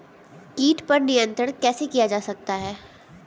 कीट पर नियंत्रण कैसे किया जा सकता है?